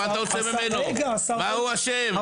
מה אתה רוצה ממנו מה הוא אשם?